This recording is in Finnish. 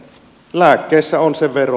lääkkeissä on se vero